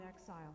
exile